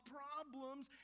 problems